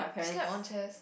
slept on chairs